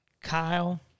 Kyle